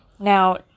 Now